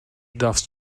darfst